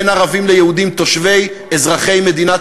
בין הערבים ליהודים תושבי ואזרחי מדינת